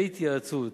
בהתייעצות